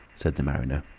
said the mariner.